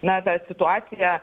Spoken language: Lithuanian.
na dar situacija